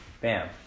Bam